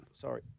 Sorry